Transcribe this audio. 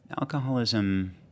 alcoholism